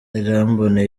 irambona